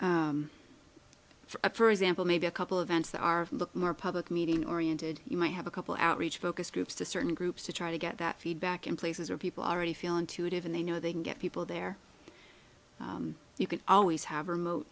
up for example maybe a couple of events that are look more public meeting oriented you might have a couple outreach focus groups to certain groups to try to get that feedback in places where people already feel intuitive and they know they can get people there you can always have remote